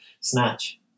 Snatch